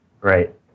Right